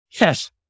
Yes